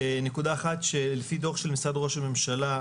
נקודה אחת שלפי דוח של משרד ראש הממשלה,